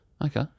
Okay